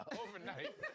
Overnight